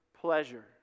pleasure